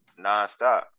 nonstop